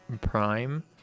prime